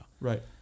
Right